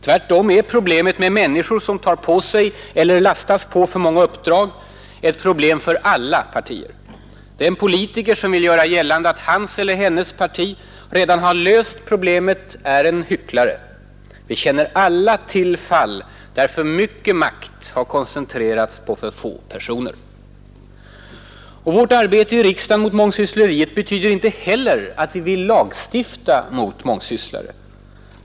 Tvärtom är problemet med människor som tar på sig eller lastas på för många uppdrag ett problem för alla partier. Den politiker som vill göra gällande att hans eller hennes parti redan har löst problemet är en hycklare. Vi känner alla till fall där för mycket makt har koncentrerats på för få personer. Vårt arbete i riksdagen mot mångsyssleriet betyder inte heller att vi vill lagstifta mot mångsysslare.